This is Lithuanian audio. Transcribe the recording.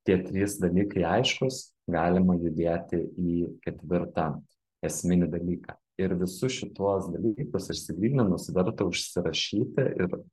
tie trys dalykai aiškūs galima judėti į ketvirtą esminį dalyką ir visus šituos dalykus išsigryninus verta užsirašyti ir